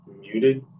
muted